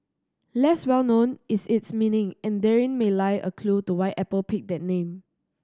less well known is its meaning and therein may lie a clue to why Apple picked that name